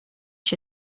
się